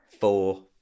Four